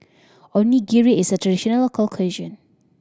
onigiri is a traditional local cuisine